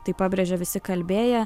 tai pabrėžė visi kalbėję